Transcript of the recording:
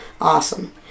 awesome